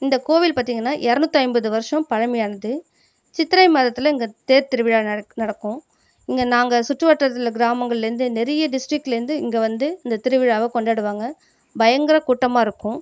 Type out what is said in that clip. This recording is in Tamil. இந்தக் கோவில் பார்த்தீங்கன்னா இரநூற்றைம்பது வருஷம் பழமையானது சித்திரை மாதத்தில் இங்கே தேர்த் திருவிழா நடக்கும் இங்கு நாங்கள் சுற்றுவட்டாரத்தில் கிராமங்கள்லிருந்து நிறைய டிஸ்ட்ரிக்ட்லிருந்து இங்கே வந்து இந்த திருவிழாவை கொண்டாடுவாங்க பயங்கர கூட்டமாக இருக்கும்